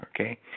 okay